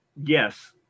yes